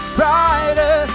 brighter